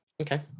Okay